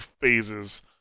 phases